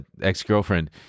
ex-girlfriend